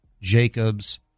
Jacobs